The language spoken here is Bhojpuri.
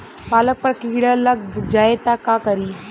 पालक पर कीड़ा लग जाए त का करी?